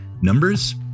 Numbers